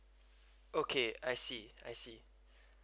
okay I see I see